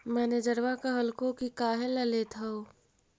मैनेजरवा कहलको कि काहेला लेथ हहो?